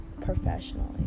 professionally